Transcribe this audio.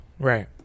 Right